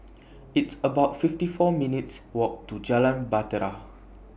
It's about fifty four minutes' Walk to Jalan Bahtera